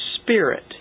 Spirit